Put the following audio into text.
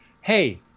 hey